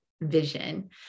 vision